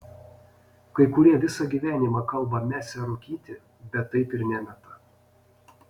kai kurie visą gyvenimą kalba mesią rūkyti bet taip ir nemeta